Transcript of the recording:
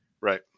Right